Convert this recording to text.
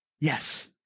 Yes